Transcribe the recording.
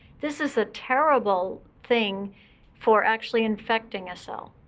this is a terrible thing for actually infecting a cell,